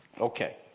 Okay